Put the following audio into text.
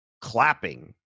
clapping